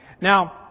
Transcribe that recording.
Now